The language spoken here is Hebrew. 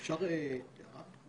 אפשר הערה?